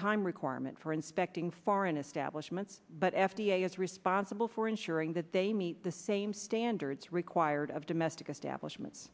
time requirement for inspecting for an establishment but f d a is responsible for ensuring that they meet the same standards required of domestic establishments